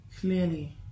Clearly